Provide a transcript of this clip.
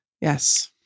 Yes